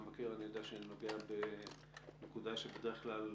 המבקר, אני יודע שנוגע בנקודה שבדרך כלל